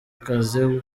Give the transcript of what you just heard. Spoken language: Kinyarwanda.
akazi